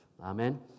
Amen